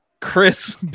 Chris